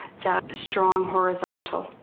the strong horizontal,